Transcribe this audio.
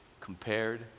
compared